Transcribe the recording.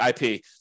IP